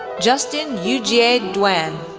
justin yujie duan,